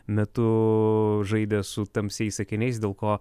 metu žaidė su tamsiais akiniais dėl ko